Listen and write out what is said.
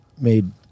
made